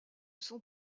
sont